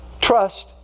trust